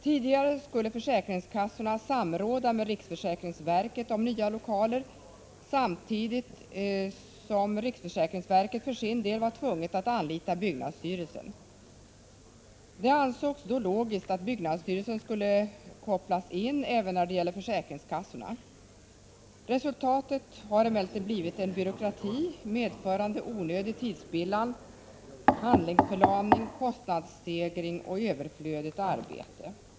Tidigare skulle försäkringskassorna samråda med riksförsäkringsverket om nya lokaler samtidigt som riksförsäkringsverket för sin del var tvunget att anlita byggnadsstyrelsen. Det ansågs då logiskt att byggnadsstyrelsen skulle kopplas in även när det gällde försäkringskassorna. Resultatet har emellertid blivit en byråkrati som medfört onödig tidsspillan, handlingsförlamning, kostnadsstegring och överflödigt arbete.